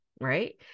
right